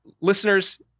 Listeners